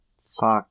Fuck